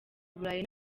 burayi